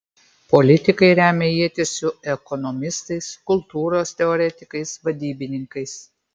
politikai remia ietis su ekonomistais kultūros teoretikais vadybininkais